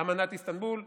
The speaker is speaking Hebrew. אמנת איסטנבול.